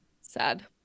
Sad